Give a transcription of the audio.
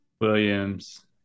Williams